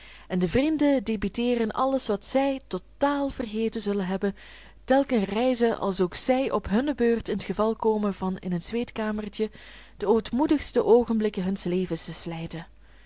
en de vrienden debiteeren alles wat zij totaal vergeten zullen hebben telken reize als ook zij op hunne beurt in t geval komen van in het zweetkamertje de ootmoedigste oogenblikken huns levens te slijten